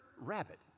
rabbit